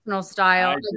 style